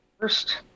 first